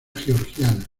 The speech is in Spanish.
georgiana